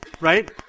right